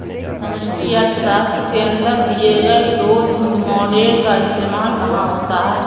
समष्टि अर्थशास्त्र के अंदर दिए गए ग्रोथ मॉडेल का इस्तेमाल कहाँ होता है?